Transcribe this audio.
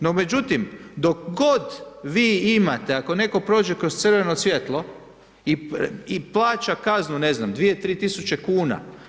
No, međutim, dok god vi imate, ako netko prođe kroz crveno svijetlo i plaća kaznu, ne znam, 2, 3 tisuće kuna.